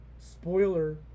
spoiler